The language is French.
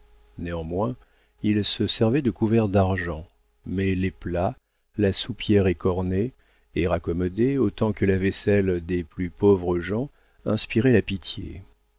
néanmoins ils se servaient de couverts d'argent mais les plats la soupière écornés et raccommodés autant que la vaisselle des plus pauvres gens inspiraient la pitié